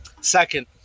Second